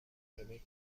تجربه